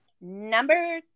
Number